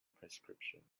prescription